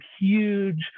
huge